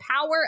power